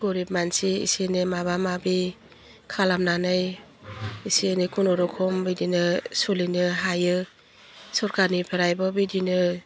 गरिब मानसि एसे एनै माबा माबि खालामनानै एसे एनै खुनुरुखुम बिदिनो सलिनो हायो सरकारनिफ्रायबो बिदिनो